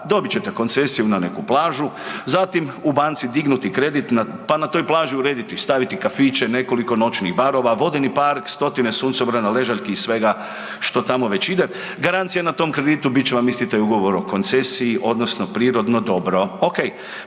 dobit ćete koncesiju na neku plažu, zatim u banci dignuti kredit pa na toj plaži urediti i staviti kafiće, nekoliko noćnih barova, vodeni park, stotine suncobrana, ležaljki i svega što tamo već ide. Garancija na tom kreditu bit će vam isti taj ugovor o koncesiji odnosno prirodno dobro. Ok.